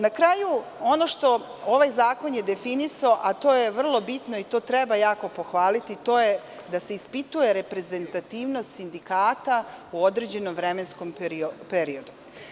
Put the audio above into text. Na kraju, ono što je ovaj zakon definisao, a to je vrlo bitno i to treba jako pohvaliti, to je da se ispituje reprezentativnost sindikata u određenom vremenskom periodu.